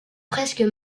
presque